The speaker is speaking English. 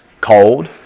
Cold